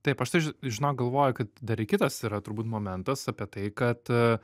taip aš tai ži žinok galvoju kad dar ir kitas yra turbūt momentas apie tai kad